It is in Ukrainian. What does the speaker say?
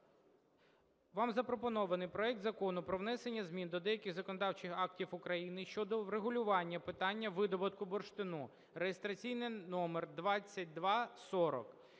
вам запропонований проект Закону про внесення змін до деяких законодавчих актів України щодо урегулювання питання видобутку бурштину (реєстраційний номер 2240).